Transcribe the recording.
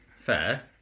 fair